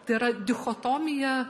tai yra dichotomija